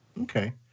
okay